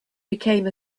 became